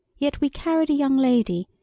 yet we carried a young lady,